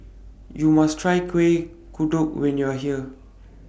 YOU must Try Kuih Kodok when YOU Are here